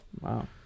Wow